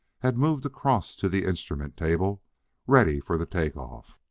had moved across to the instrument-table, ready for the take-off.